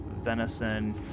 Venison